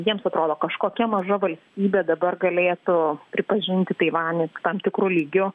jiems atrodo kažkokia maža valstybė dabar galėtų pripažinti taivanį tam tikru lygiu